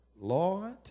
Lord